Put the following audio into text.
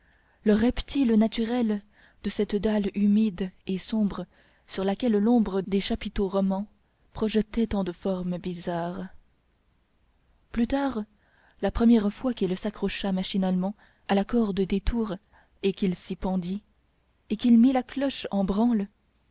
le reptile naturel de cette dalle humide et sombre sur laquelle l'ombre des chapiteaux romans projetait tant de formes bizarres plus tard la première fois qu'il s'accrocha machinalement à la corde des tours et qu'il s'y pendit et qu'il mit la cloche en branle